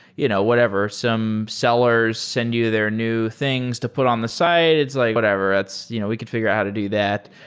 you know whatever, some sellers send you their new things to put on the side. it's like, whatever. you know we could fi gure how to do that.